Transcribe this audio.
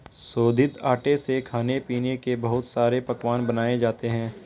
शोधित आटे से खाने पीने के बहुत सारे पकवान बनाये जाते है